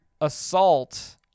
assault